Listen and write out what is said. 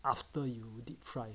after you deep fry